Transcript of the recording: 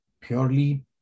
purely